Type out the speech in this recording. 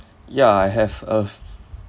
yeah I have a f~